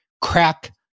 crack